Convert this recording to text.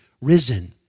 risen